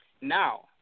Now